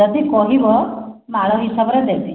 ଯଦି କହିବ ମାଳ ହିସାବରେ ଦେବି